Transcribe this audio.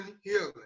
Healing